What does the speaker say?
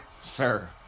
Sir